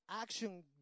action